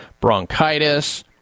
bronchitis